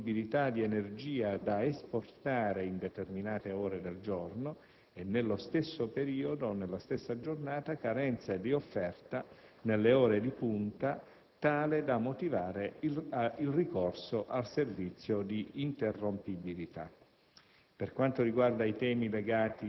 è possibile che vi siano disponibilità di energia da esportare in determinate ore del giorno e, nello stesso periodo, carenza di offerta nelle ore di punta tale da motivare il ricorso al servizio di interrompibilità.